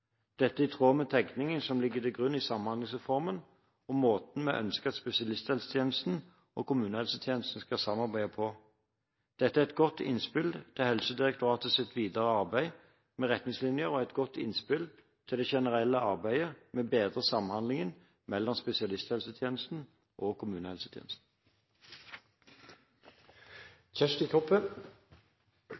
Dette er i tråd med tenkningen som ligger til grunn i samhandlingsreformen, og måten vi ønsker at spesialisthelsetjenesten og kommunehelsetjenesten skal samarbeide på. Dette er et godt innspill til Helsedirektoratets videre arbeid med retningslinjer og et godt innspill til det generelle arbeidet med å bedre samhandlingen mellom spesialisthelsetjenesten og kommunehelsetjenesten.